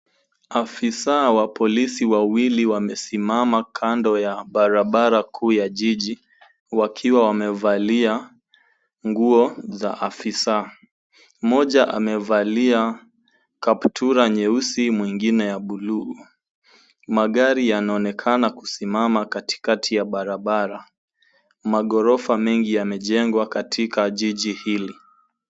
Afisa wa polisi wawili wamesimama kando ya barabara kuu ya jiji huku wakiwa wamevalia nguo za afisa. Mmoja amevalia kaptura nyeusi, mwingine ya bluu. Magari yanaonekana kusimama katikati ya barabara. Magorofa mengi yamejengwa katika jiji hili.